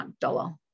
dollar